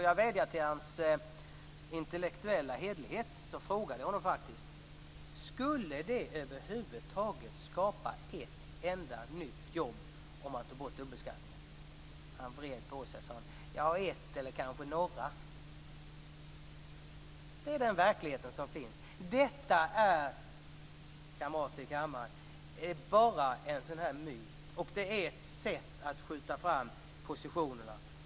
Jag vädjade till hans intellektuella hederlighet och frågade om det skulle skapa ett enda nytt jobb om dubbelbeskattningen togs bort. Han vred på sig och sade ett eller några. Det är den verklighet som finns. Detta är, kamrater i kammaren, en myt! Att ta bort skatter är ett sätt att skjuta fram positionerna.